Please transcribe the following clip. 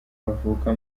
bavuka